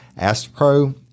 AstroPro